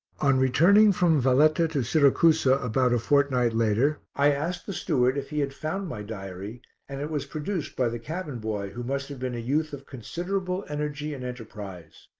on returning from valletta to siracusa about a fortnight later, i asked the steward if he had found my diary and it was produced by the cabin-boy who must have been a youth of considerable energy and enterprise.